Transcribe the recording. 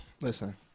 Listen